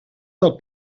del